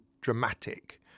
dramatic